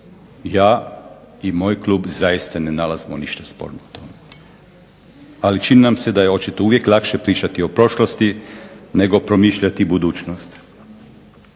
Ja i moj klub zaista ne nalazimo ništa sporno. Ali čini nam se da je očito uvijek lakše pričati o prošlosti, nego promišljati budućnost.